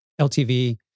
LTV